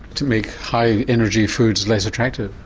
to make high energy foods less attractive?